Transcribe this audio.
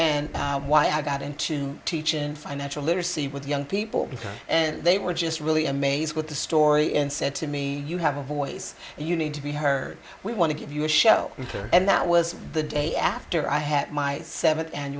and why i got into teaching financial literacy with young people and they were just really amazed with the story and said to me you have a voice and you need to be heard we want to give you a show you care and that was the day after i had my seventh an